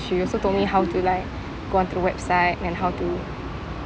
she also told me how to like go on to the website and how to